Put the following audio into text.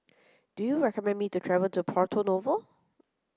do you recommend me to travel to Porto Novo